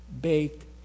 baked